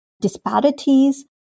disparities